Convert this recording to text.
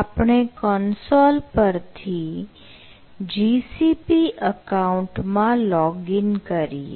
આપણે કોન્સોલ પરથી GCP account માં લોગીન કરીએ